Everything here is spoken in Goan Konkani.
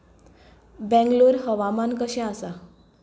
बेंगलोर हवामान कशें आसा